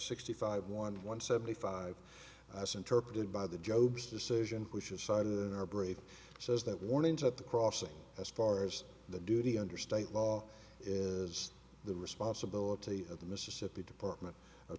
sixty five one one seventy five s interpreted by the job's decision which aside and our brave says that warning to the crossing as far as the duty under state law is the responsibility of the mississippi department of